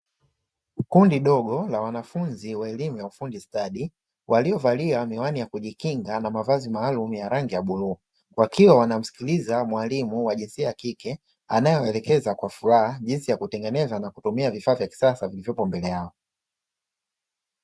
Kundi dogo la wanafunzi wa elimu ya ufundi stadi, waliovalia miwani ya kujikinga na mavazi maalumu ya rangi ya bluu; wakiwa wanamsikiliza mwalimu wa jinsia ya kike anayewaelekeza kwa furaha; jinsi ya kutengeneza na kutumia vifaa vya kisasa vilivyopo mbele yao.